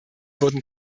wurden